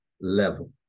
level